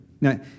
Now